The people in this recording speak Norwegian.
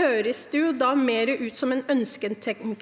høres det mer ut som ønsketenkning